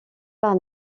par